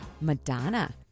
Madonna